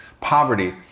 poverty